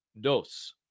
dos